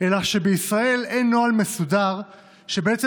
אלא שבישראל אין נוהל מסודר שבעצם